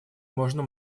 можно